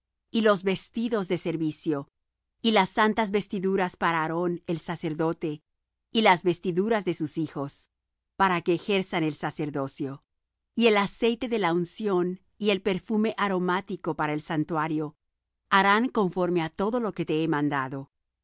y los vestidos del servicio y las santas vestiduras para aarón el sacerdote y las vestiduras de sus hijos para que ejerzan el sacerdocio y el aceite de la unción y el perfume aromático para el santuario harán conforme á todo lo que te he mandado